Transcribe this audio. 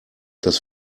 dass